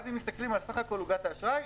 אם מסתכלים על סך כול עוגת האשראי,